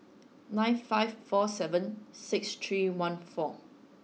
nine five four seven six three one four